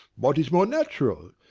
what is more natural?